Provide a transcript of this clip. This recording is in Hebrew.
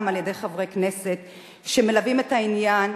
על-ידי חברי כנסת שמלווים את העניין,